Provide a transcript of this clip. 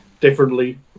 differently